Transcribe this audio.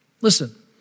Listen